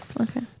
Okay